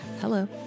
Hello